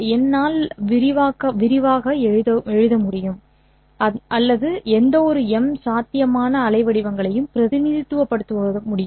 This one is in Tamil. என்னால் விரிவாக்கவோ எழுதவோ முடியும் அல்லது எந்தவொரு எம் சாத்தியமான அலைவடிவங்களையும் பிரதிநிதித்துவப்படுத்த முடியும்